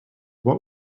what